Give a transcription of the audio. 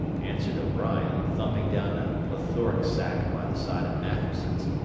answered o'brien, thumping down a plethoric sack by the side of matthewson's.